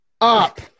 up